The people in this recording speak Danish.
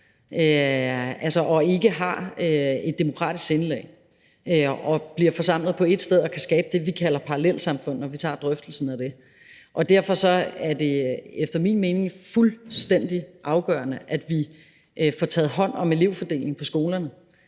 og ikke har et demokratisk sindelag og bliver forsamlet på ét sted og kan skabe det, vi kalder parallelsamfund, når vi tager drøftelsen af det. Derfor er det efter min mening fuldstændig afgørende, at vi får taget hånd om elevfordelingen på skolerne,